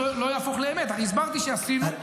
לא תעשו כלום --- משהו, תעשו משהו.